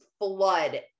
flood